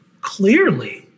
clearly